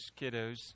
kiddos